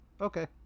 Okay